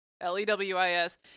L-E-W-I-S